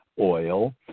oil